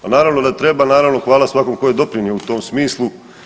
Pa naravno da treba, naravno hvala svakom tko je doprinio u tom smislu.